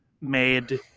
made